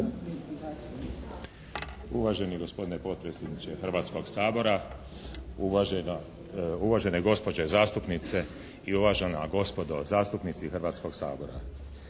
Uvaženi gospodine potpredsjedniče Hrvatskog sabora, uvažene gospođe zastupnice i uvažena gospodo zastupnici Hrvatskog sabora.